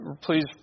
please